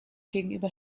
gegenüber